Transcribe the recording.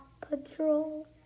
patrol